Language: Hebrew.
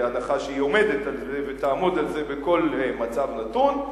בהנחה שהיא עומדת על זה ותעמוד על זה בכל מצב נתון.